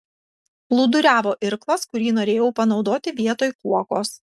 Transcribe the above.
plūduriavo irklas kurį norėjau panaudoti vietoj kuokos